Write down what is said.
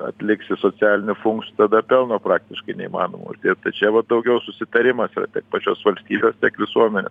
atliksiu socialiniu funkcijų tada pelno praktiškai neįmanoma uždirbt tai čia va daugiau susitarimas ir pačios valstybės tiek visuomenė